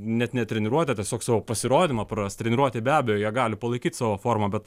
net ne treniruotę tiesiog savo pasirodymą praras treniruotę be abejo jie gali palaikyt savo formą bet